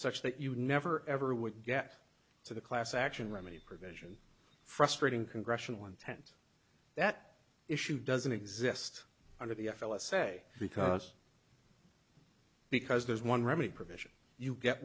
such that you never ever would get to the class action remedy provision frustrating congressional intent that issue doesn't exist under the f l a say because because there's one remedy provision you get